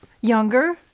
younger